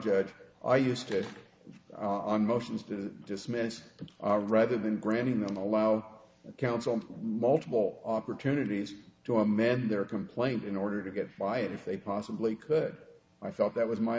judge i used it on motions to dismiss are rather than granting them allow counsel multiple opportunities to amend their complaint in order to get by if they possibly could i felt that was my